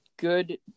Good